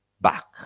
Back